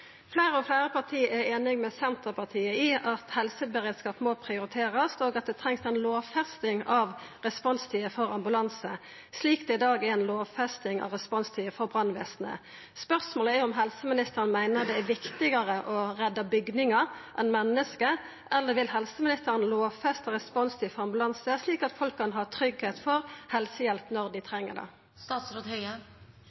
Fleire og fleire parti er einige med Senterpartiet i at helseberedskap må prioriterast, og at det trengst ei lovfesting av responstida for ambulanse, slik det i dag er ei lovfesting av responstida for brannvesenet. Spørsmålet er om helseministeren meiner det er viktigare å redda bygningar enn menneske, eller vil helseministeren lovfesta responstid for ambulanse slik at folk kan ha tryggheit for å få helsehjelp når dei